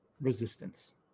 resistance